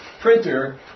printer